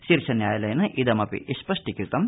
शीर्ष न्यायालयेन इदमपि स्पष्टीकृतम्